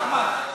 אחמד,